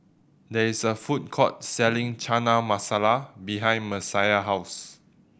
there is a food court selling Chana Masala behind Messiah house